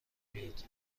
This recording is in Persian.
بیاد